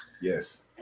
Yes